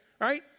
right